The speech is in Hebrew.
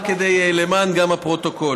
גם למען הפרוטוקול.